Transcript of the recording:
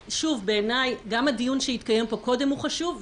שם נבחנה השאלה של חופש הביטוי